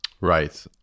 Right